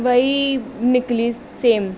वई निकली सेम